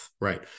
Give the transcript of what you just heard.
right